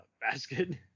basket